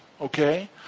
okay